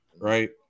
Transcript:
right